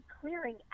clearing